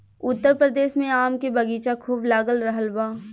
उत्तर प्रदेश में आम के बगीचा खूब लाग रहल बा